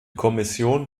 kommission